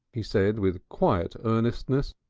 he said with quiet earnestness.